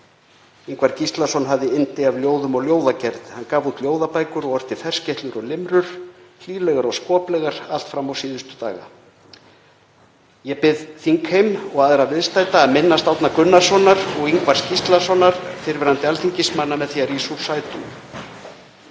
Ingvar Gíslason hafði yndi af ljóðum og ljóðagerð. Hann gaf út ljóðabækur og orti ferskeytlur og limrur, hlýlegar og skoplegar, allt fram á sína síðustu daga. Ég bið þingheim og aðra viðstadda að minnast Árna Gunnarssonar og Ingvars Gíslasonar, fyrrverandi alþingismanna, með því að rísa úr sætum.